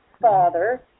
father